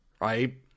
right